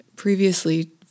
previously